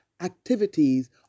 activities